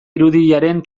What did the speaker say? irudiaren